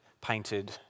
painted